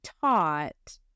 taught